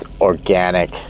organic